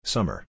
Summer